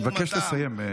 " אני מבקש לסיים.